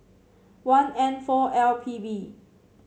one N four L P B